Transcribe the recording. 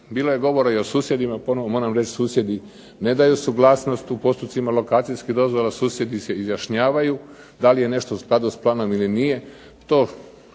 Bilo je govora i o susjedima. Ponovo moram reći susjedi ne daju suglasnost u postupcima lokacijske dozvole, susjedi se izjašnjavaju da li je nešto u skladu sa planom ili nije.